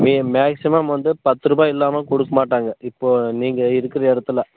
நீங்கள் மேக்சிமம் வந்து பத்து ரூபாய் இல்லாமல் கொடுக்கமாட்டாங்க இப்போ நீங்கள் இருக்கிற இடத்துல